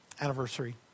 anniversary